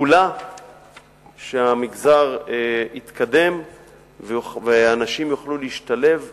כולה שהמגזר יתקדם ואנשים יוכלו להשתלב בחיים,